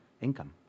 income